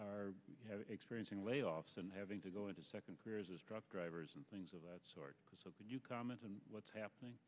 experiencing layoffs and having to go into second truck drivers and things of that sort so you comment on what's happening